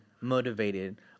motivated